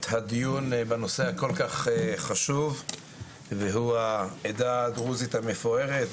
הדיון בנושא הכול כך חשוב והוא העדה הדרוזית המפוארת,